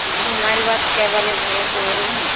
جی ہماری بات کیب والے بھیا سے ہو رہی ہے